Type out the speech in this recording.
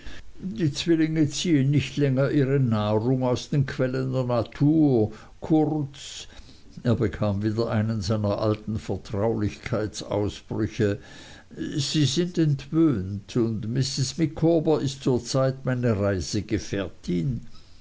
die zwillinge ziehen nicht länger ihre nahrung aus den quellen der natur kurz er bekam wieder einen seiner alten vertraulichkeitsausbrüche sie sind entwöhnt und mrs micawber ist zur zeit meine